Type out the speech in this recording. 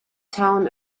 town